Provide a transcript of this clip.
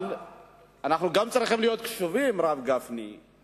אבל אנחנו גם צריכים להיות קשובים, הרב גפני,